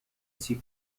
sie